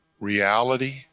reality